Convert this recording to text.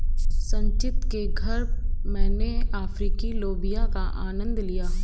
संचित के घर मैने अफ्रीकी लोबिया का आनंद लिया